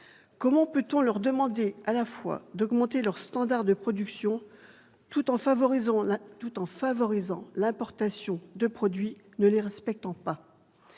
Comment peut-on leur demander d'augmenter leurs standards de production tout en favorisant l'importation de produits ne les respectant pas ?